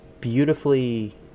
beautifully